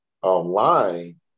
online